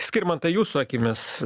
skirmantai jūsų akimis